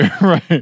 right